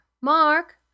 Mark